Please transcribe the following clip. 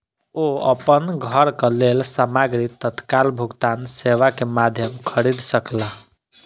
ओ अपन घरक लेल सामग्री तत्काल भुगतान सेवा के माध्यम खरीद सकला